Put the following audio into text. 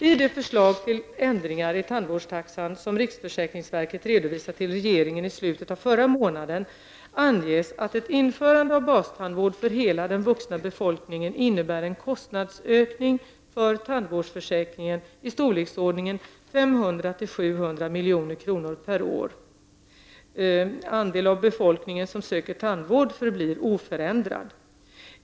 I det förslag till ändringar i tandvårdstaxan som riksförsäkringsverket redovisade till regeringen i slutet av förra månaden anges att ett införande av bastandvård för hela den vuxna befolkningen innebär en kostnadsökning för tandvårdsförsäkringen i storleksordningen 500-- 700 milj.kr. per år under förutsättning att den andel av befolkningen som söker tandvård förblir oförändrad.